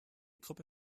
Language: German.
gruppe